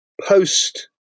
post